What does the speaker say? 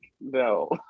No